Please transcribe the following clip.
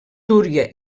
túria